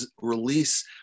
release